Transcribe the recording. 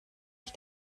ich